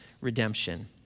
redemption